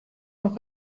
noch